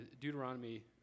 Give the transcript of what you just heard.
Deuteronomy